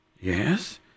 Yes